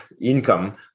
income